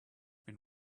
been